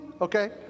Okay